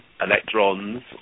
electrons